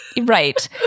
right